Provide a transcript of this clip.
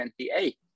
28